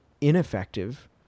ineffective